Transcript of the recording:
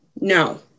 No